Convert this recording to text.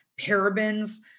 parabens